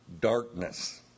darkness